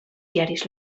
diaris